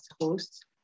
host